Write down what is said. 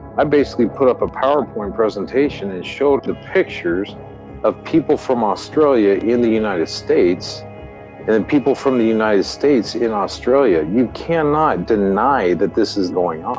i basically put up a powerpoint presentation that showed the pictures of people from australia in the united states and and people from the united states in australia. you cannot deny that this is going um